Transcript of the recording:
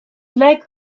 leg